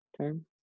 term